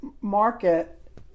market